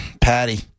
Patty